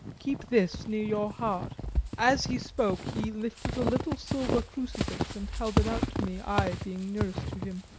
keep this near your heart as he spoke he lifted a little silver crucifix and held it out to me, i being nearest to him